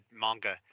manga